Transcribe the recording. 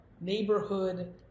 neighborhood